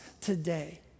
today